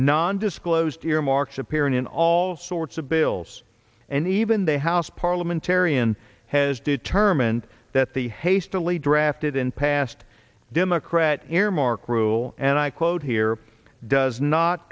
non disclosed earmarks appearing in all sorts of bills and even the house parliamentarian has determined that the hastily drafted in past democrat earmark rule and i quote here does not